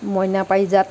Moina Parijat